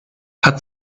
hat